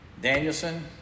Danielson